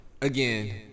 again